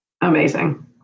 Amazing